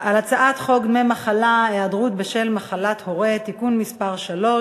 על הצעת חוק דמי מחלה (היעדרות בשל מחלת הורה) (תיקון מס' 3)